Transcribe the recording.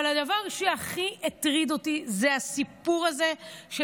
אבל הדבר שהכי הטריד אותי הוא הסיפור הזה של